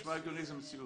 זאת מציאות.